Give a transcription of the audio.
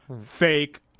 fake